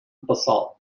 basalt